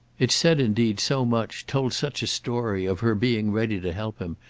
it said indeed so much, told such a story of her being ready to help him,